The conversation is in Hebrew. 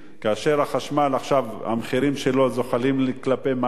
כאשר מחירי החשמל עכשיו זוחלים כלפי מעלה,